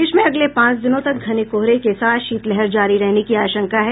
प्रदेश में अगले पांच दिनों तक घने कोहरे के साथ शीत लहर जारी रहने की आशंका है